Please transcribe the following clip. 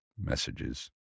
messages